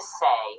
say